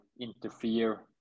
interfere